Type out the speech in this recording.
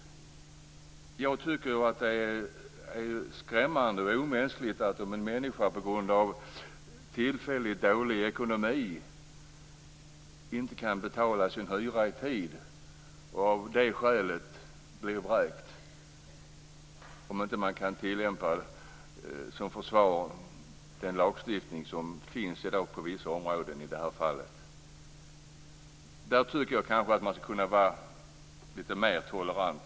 Jag tycker visst att det är skrämmande och omänskligt att en människa som på grund av tillfälligt dålig ekonomi inte kan betala sin hyra i tid av det skälet blir vräkt, om man inte som försvar kan tillämpa den lagstiftning som i dag finns på vissa områden i det här fallet. Där tycker jag kanske att man kunde vara lite mer tolerant.